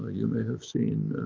ah you may have seen